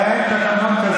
אין תקנון כזה.